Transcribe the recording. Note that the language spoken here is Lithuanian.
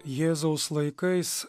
jėzaus laikais